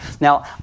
Now